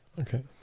Okay